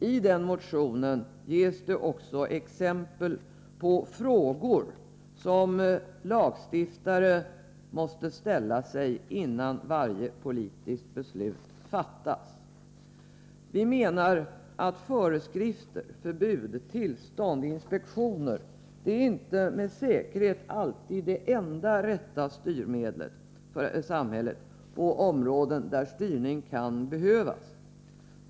I den motionen ges det också exempel på frågor som lagstiftare måste ställa sig innan varje politiskt beslut fattas. Vi menar att föreskrifter, förbud, tillstånd och inspektioner inte med säkerhet alltid är det rätta styrmedlet för samhället på områden där styrning kan behövas.